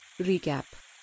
recap